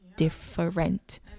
different